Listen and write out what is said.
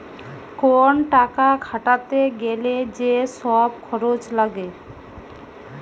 কোন টাকা খাটাতে গ্যালে যে সব খরচ লাগে